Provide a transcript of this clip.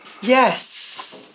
Yes